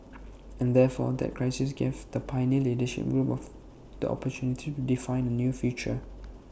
and therefore that crisis gave the pioneer leadership group of the opportunity to define A new future